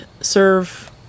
serve